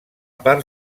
part